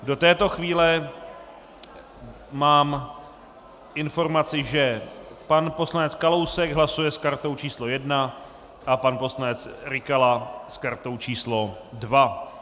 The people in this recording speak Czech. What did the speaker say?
Do této chvíle mám informaci, že pan poslanec Kalousek hlasuje s kartou číslo 1 a pan poslanec Rykala s kartou číslo 2.